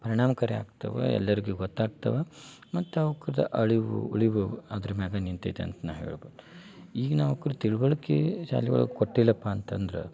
ಪರಿಣಾಮಕಾರಿ ಆಗ್ತಾವ ಎಲ್ಲರಿಗು ಗೊತ್ತಾಗ್ತಾವೆ ಮತ್ತು ಅವ್ಕುದ ಅಳಿವು ಉಳಿವು ಅದ್ರ ಮ್ಯಾಗ ನಿಂತೈತಿ ಅಂತ ನಾ ಹೇಳಬೋದು ಈಗ ನಾವ್ಕರು ತಿಳ್ವಳ್ಕೆ ಶಾಲೆ ಒಳ್ಗ ಕೊಟ್ಟಿಲ್ಲಪ್ಪ ಅಂತಂದ್ರೆ